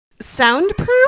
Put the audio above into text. soundproof